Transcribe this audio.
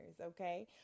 okay